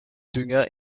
dünger